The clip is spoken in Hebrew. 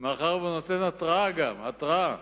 מאחר שהוא נותן גם התראה, התראה